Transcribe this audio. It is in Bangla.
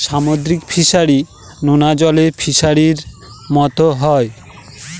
সামুদ্রিক ফিসারী, নোনা জলের ফিসারির মতো হয়